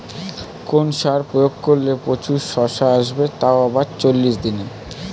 কোন সার প্রয়োগ করলে প্রচুর শশা আসবে তাও আবার চল্লিশ দিনে?